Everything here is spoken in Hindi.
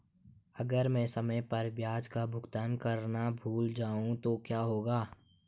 अगर मैं समय पर ब्याज का भुगतान करना भूल जाऊं तो क्या होगा?